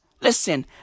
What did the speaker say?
Listen